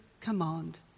command